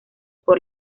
por